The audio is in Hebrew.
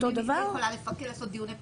היא יכולה לעשות דיוני פיקוח,